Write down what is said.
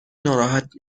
ناراحت